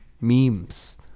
Memes